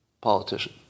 Politician